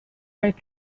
right